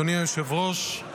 אדוני היושב-ראש,